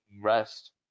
rest